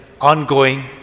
ongoing